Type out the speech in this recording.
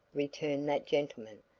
returned that gentleman.